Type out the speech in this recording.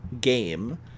game